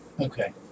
Okay